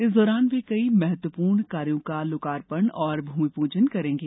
इस दौरान वे कई महत्वपूर्ण कार्यों का लोकार्पण और भूमि पूजन करेंगे